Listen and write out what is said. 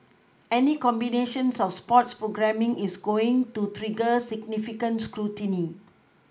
any combination of sports programming is going to trigger significant scrutiny